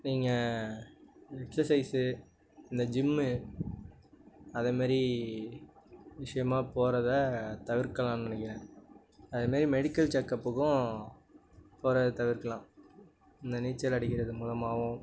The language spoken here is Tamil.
நீங்கள் எக்சர்ஸைஸு இந்த ஜிம்மு அதேமாரி விஷியமாக போறதை தவிர்க்கலான்னு நினைக்கிறேன் அதேமாரி மெடிக்கல் செக்அப்புக்கும் போறதை தவிர்க்கலாம் இந்த நீச்சல் அடிக்கிறது மூலமாகவும்